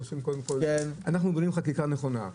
אנחנו בונים חקיקה נכונה.